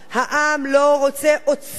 העם לא רוצה עוצמה.